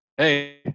hey